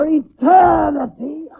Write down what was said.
eternity